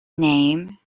name